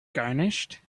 garnished